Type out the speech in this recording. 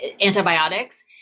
antibiotics